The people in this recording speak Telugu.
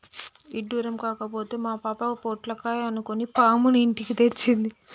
ఇడ్డురం కాకపోతే మా పాప పొట్లకాయ అనుకొని పాముని ఇంటికి తెచ్చింది